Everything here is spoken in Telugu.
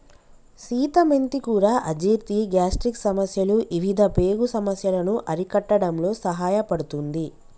సీత మెంతి కూర అజీర్తి, గ్యాస్ట్రిక్ సమస్యలు ఇవిధ పేగు సమస్యలను అరికట్టడంలో సహాయపడుతుంది